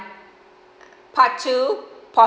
part two